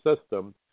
system